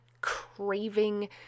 craving